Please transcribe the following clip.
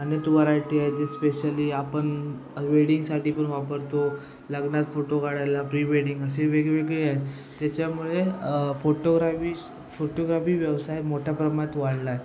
अनेक वरायटी आहेत जे स्पेशली आपन वेडिंगसाठी पण वापरतो लग्नात फोटो काढायला प्रीवेडिंग असे वेगवेगळे आहेत त्याच्यामुळे फोटोग्राफीस फोटोग्राफी व्यवसाय मोठ्या प्रमाणात वाढलाय